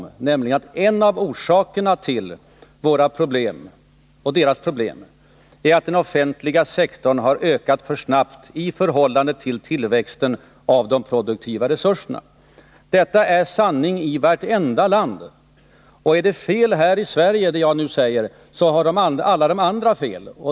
Vi vet att en av orsakerna till våra och flera andra länders problem är att den offentliga sektorn har ökat för snabbt i förhållande till tillväxten av de produktiva resurserna. Om det jag nu säger är fel här i Sverige, så har även de andra fel.